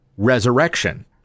Resurrection